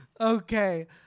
okay